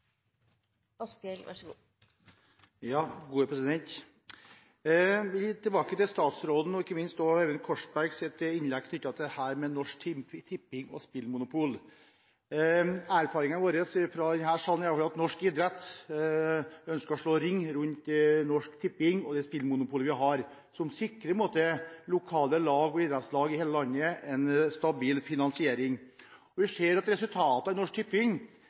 innlegg knyttet til Norsk Tipping og spillmonopol: Erfaringen vår fra denne salen er at norsk idrett ønsker å slå ring rundt Norsk Tipping og det spillmonopolet vi har, som sikrer lokale idrettslag i hele landet en stabil finansiering. Vi ser at resultatene i Norsk Tipping,